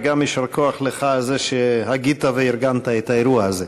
וגם יישר כוח לך על זה שהגית וארגנת את האירוע הזה.